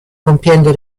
compiendo